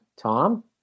Tom